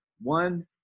one